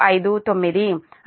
δmax కు సమానం